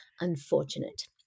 unfortunate